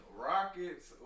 Rockets